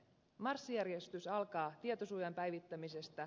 marssijärjestys alkaa tietosuojan päivittämisestä